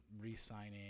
re-signing